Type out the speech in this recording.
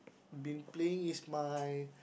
been playing is my